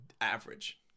average